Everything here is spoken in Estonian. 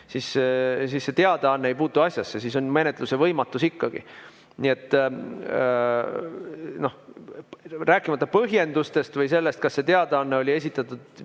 siis see teadaanne ei puutu asjasse, siis on menetluse võimatus ikkagi. Nii et rääkimata põhjendustest või sellest, kas see teadaanne oli esitatud